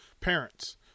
parents